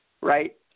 right